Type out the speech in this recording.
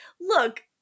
look